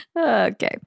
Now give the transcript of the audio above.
Okay